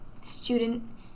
student